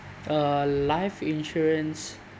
uh life insurance